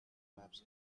maps